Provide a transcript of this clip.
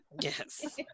Yes